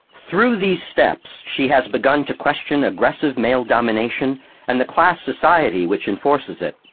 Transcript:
through these steps she has begun to question aggressive male domination and the class society which enforces it,